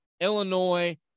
Illinois